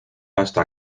hasta